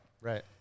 Right